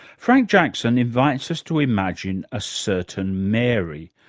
frank jackson invites us to imagine a certain mary,